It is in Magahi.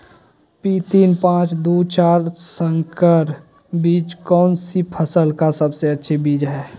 पी तीन पांच दू चार संकर बीज कौन सी फसल का सबसे अच्छी बीज है?